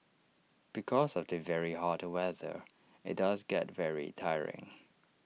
because of the very hot weather IT does get very tiring